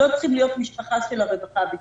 לא צריכות להיות דווקא משפחות של הרווחה בפנים.